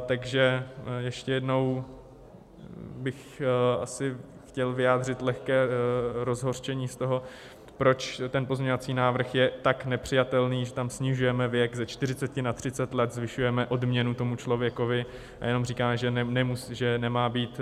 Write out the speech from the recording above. Takže ještě jednou bych asi chtěl vyjádřit lehké rozhořčení z toho, proč pozměňovací návrh je tak nepřijatelný: tam snižujeme věk ze 40 na 30 let, zvyšujeme odměnu tomu člověku a jenom říkáme, že nemá být